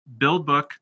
BUILDBOOK